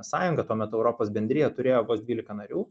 sąjunga tuo metu europos bendrija turėjo vos dvylika narių